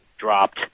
dropped